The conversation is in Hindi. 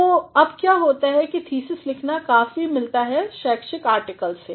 तो अब क्या होताहै एक थीसिस लिखना काफी मिलता है शैक्षिक आर्टिकल से